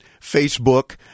Facebook